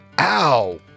ow